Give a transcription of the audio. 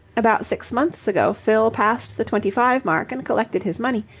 about six months' ago fill passed the twenty-five mark and collected his money,